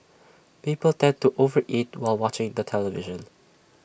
people tend to over eat while watching the television